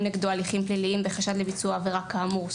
נגדו הליכים פליליים בחשד לביצוע עבירה כאמור.